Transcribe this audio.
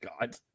God